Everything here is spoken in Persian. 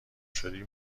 شدی